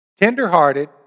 tenderhearted